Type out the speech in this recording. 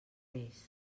reis